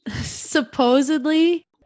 Supposedly